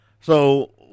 So-